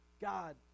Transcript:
God